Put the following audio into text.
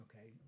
Okay